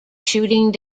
shooting